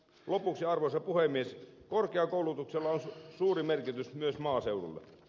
lopuksi arvoisa puhemies korkeakoulutuksella on suuri merkitys myös maaseudulle